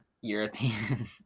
European